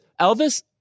elvis